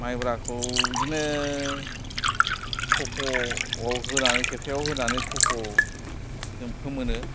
माइब्राखौ बिदिनो खफ' आव होनानै खेरखायाव होनानै खफ'जों फोमोनो